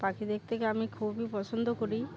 পাখি দেখতে আমি খুবই পছন্দ করি